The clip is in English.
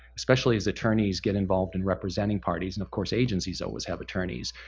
especially as attorneys get involved in representing parties, and, of course, agencies always have attorneys.